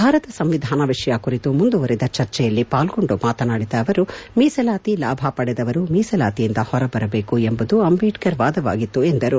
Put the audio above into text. ಭಾರತ ಸಂವಿಧಾನ ವಿಷಯ ಕುರಿತು ಮುಂದುವರಿದ ಚರ್ಚೆಯಲ್ಲಿ ಪಾಲ್ಗೊಂಡು ಮಾತನಾಡಿದ ಅವರು ಮೀಸಲಾತಿ ಲಾಭ ಪಡೆದವರು ಮೀಸಲಾಹಿಯಿಂದ ಹೊರಬರಬೇಕು ಎಂಬುದು ಅಂಬೇಡ್ಕರ್ ವಾದವಾಗಿತ್ತು ಎಂದು ಪೇಳದರು